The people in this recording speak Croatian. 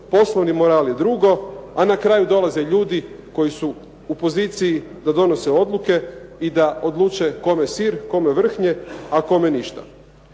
poslovni moral je drugo, a na kraju dolaze ljudi koji su u poziciji da donose odluke i da odluče kome sir, kome vrhnje, a kome ništa.